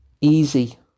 ...easy